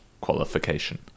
qualification